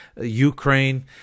Ukraine